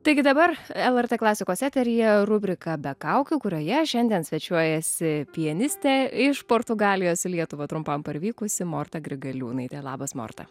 taigi dabar lrt klasikos eteryje rubrika be kaukių kurioje šiandien svečiuojasi pianistė iš portugalijos į lietuvą trumpam parvykusi morta grigaliūnaitė labas morta